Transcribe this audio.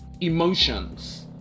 emotions